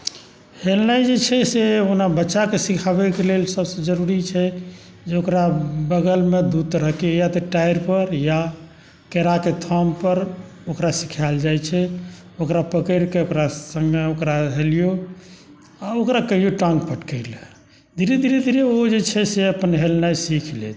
हेलनाइ जे छै ओना बच्चाके सिखाबैके लेल सभसँ जरुरी छै जे ओकरा बगलमे दू तरहके या तऽ टायर पर या केराके थम पर ओकरा सिखाएल जाइ छै ओकरा पकड़ि कऽ ओकरा सङ्गे हेलियौ आ ओकरा कहियौ टाँग पटकै लए धीरे धीरे धीरे ओ जे छै से अपन हेलनाइ सिख लेत